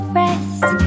rest